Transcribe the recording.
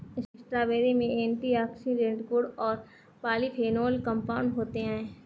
strawberry में antioxidant गुण और पॉलीफेनोल कंपाउंड होते हैं